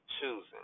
choosing